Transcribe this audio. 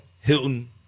Hilton